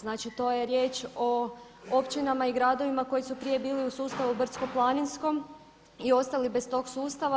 Znači to je riječ o općinama i gradovima koji su prije bili u sustavu brdsko-planinskom i ostali bez tog sustava.